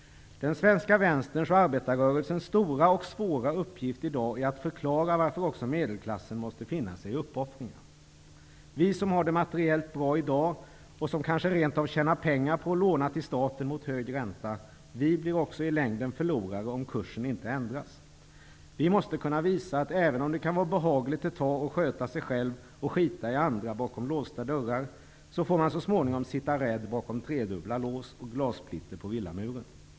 Den svenska vänsterns och arbetarrörelsens stora och svåra uppgift i dag är att förklara varför också medelklassen måste finna sig i uppoffringar. Vi som har det materiellt bra i dag och som kanske rent av tjänar pengar på att låna till staten mot hög ränta, blir också i längden förlorare om kursen inte ändras. Vi måste kunna visa att även om det kan vara behagligt ett tag att sköta sig själv och skita i andra bakom låsta dörrar, så får man så småningom sitta rädd bakom tredubbla lås och med glassplitter på villamuren.